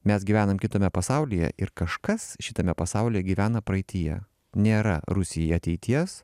mes gyvenam kitame pasaulyje ir kažkas šitame pasaulyje gyvena praeityje nėra rusijai ateities